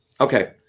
Okay